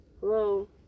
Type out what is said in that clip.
Hello